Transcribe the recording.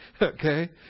Okay